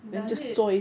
does it